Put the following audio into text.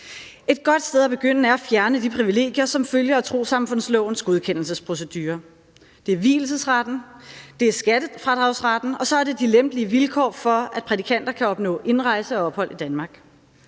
Et godt sted at begynde er at fjerne de privilegier, som følger af trossamfundslovens godkendelsesprocedure. Det er vielsesretten, det er skattefradragsretten, og så er det de lempelige vilkår for, at prædikanter kan opnå indrejse og ophold i Danmark.